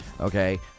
okay